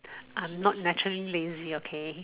I'm not naturally lazy okay